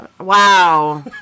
Wow